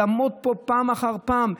לעמוד פה פעם אחר פעם,